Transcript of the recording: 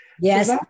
Yes